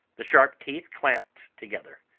the sharp teeth champed together.